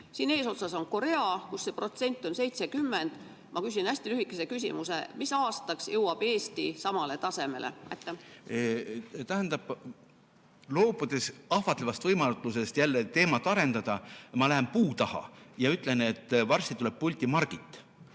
Eesotsas on Korea, kus see protsent on 70. Ma küsin hästi lühikese küsimuse: mis aastaks jõuab Eesti samale tasemele? Tähendab, loobudes ahvatlevast võimalusest jälle teemat arendada, ma lähen puu taha ja ütlen, et varsti tuleb pulti Margit